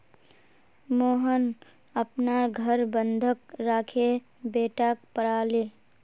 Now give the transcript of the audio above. मोहन अपनार घर बंधक राखे बेटाक पढ़ाले